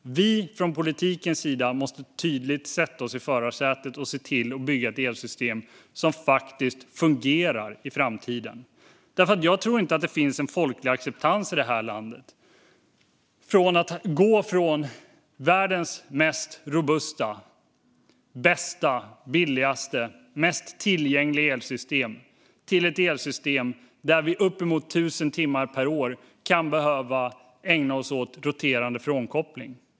Vi från politikens sida måste tydligt sätta oss i förarsätet och se till att bygga ett elsystem som faktiskt fungerar i framtiden. Jag tror nämligen inte att det finns en folklig acceptans i detta land för att gå från världens mest robusta, bästa, billigaste, mest tillgängliga elsystem till ett elsystem där vi uppemot tusen timmar per år kan behöva ägna oss åt roterande frånkoppling.